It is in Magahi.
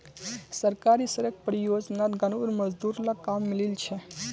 सरकारी सड़क परियोजनात गांउर मजदूर लाक काम मिलील छ